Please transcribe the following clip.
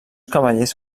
cavallers